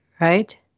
right